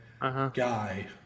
guy